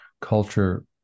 culture